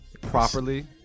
properly